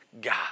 God